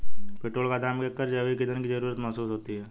petrol का दाम देखकर जैविक ईंधन की जरूरत महसूस होती है